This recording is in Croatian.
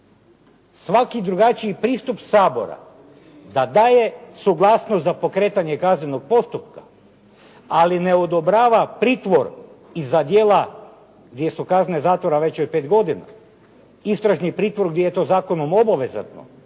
svaki drugačiji pristup Sabora kad daje suglasnost za pokretanje kaznenog postupka, ali ne odobrava pritvor i za djela gdje su kazne zatvora veće i od pet godina, istražni pritvor gdje je to zakonom obavezano,